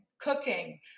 cooking